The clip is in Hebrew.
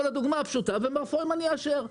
אבל הדוגמה הפשוטה, ומר פרוימן יאשר,